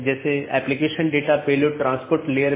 BGP एक बाहरी gateway protocol है